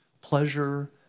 pleasure